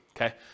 Okay